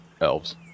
elves